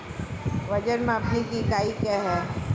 वजन मापने की इकाई क्या है?